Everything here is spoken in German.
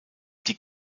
die